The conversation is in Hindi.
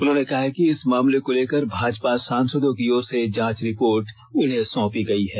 उन्होंने कहा है कि इस मामले को लेकर भाजपा सांसदों की ओर से जांच रिपोर्ट उन्हें साँपी गयी है